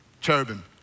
Cherubim